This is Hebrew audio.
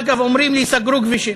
אגב, אומרים: ייסגרו כבישים.